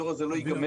התור הזה לא ייגמר.